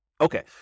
Okay